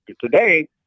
Today